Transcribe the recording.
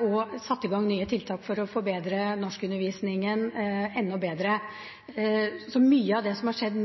og satt i gang nye tiltak for å forbedre norskundervisningen enda mer. Så mye av det som har skjedd,